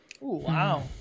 Wow